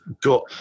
got